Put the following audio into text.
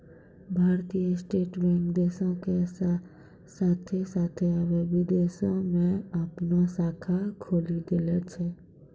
भारतीय state bank देशो के साथे साथ अबै विदेशो मे अपनो शाखा खोलि देले छै